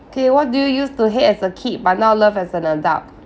okay what do you use to hate as a kid but now love as an adult